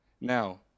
Now